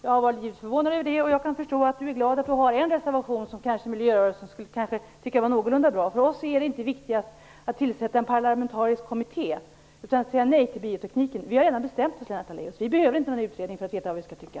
Jag blev givetvis förvånad över det, och jag kan förstå att Lennart Daléus är glad om han har en reservation som miljörörelsen kanske skulle kunna tycka var någorlunda bra. För oss är inte det viktigaste att tillsätta en parlamentarisk kommitté, utan det är att säga nej till biotekniken. Vi har redan bestämt oss, Lennart Daléus. Vi behöver inte någon utredning för att veta vad vi skall tycka.